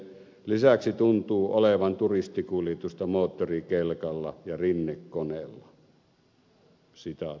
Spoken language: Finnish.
lisäksi tuntuu olevan turistikuljetusta moottorikelkalla ja rinnekoneella